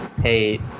hey